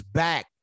back